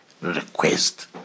request